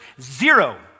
Zero